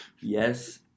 Yes